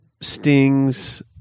Sting's